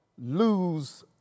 lose